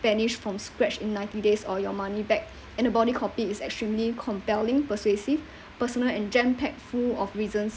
vanish from scratch in ninety days or your money back and the body copy is extremely compelling persuasive personal and jam-packed full of reasons